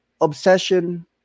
obsession